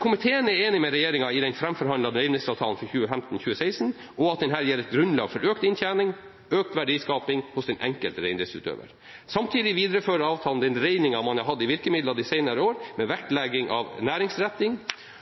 Komiteen er enig med regjeringen i den framforhandlede reindriftsavtalen for 2015/2016, og at den gir grunnlag for økt inntjening, økt verdiskaping hos den enkelte reindriftsutøver. Samtidig viderefører avtalen den dreining man har hatt i virkemidlene de senere årene, med vektlegging av næringsretting